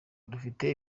rufite